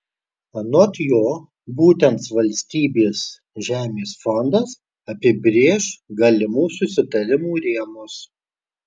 anot jo būtent valstybės žemės fondas apibrėš galimų susitarimų rėmus